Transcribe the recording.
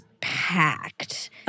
packed